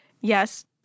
Yes